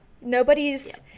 nobody's